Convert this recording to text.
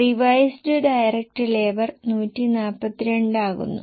നിങ്ങൾക്ക് വ്യക്തമാണെന്ന് ഞാൻ പ്രതീക്ഷിക്കുന്നു